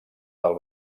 del